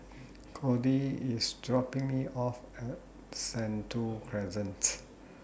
Kody IS dropping Me off At Sentul Crescents